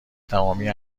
تمامی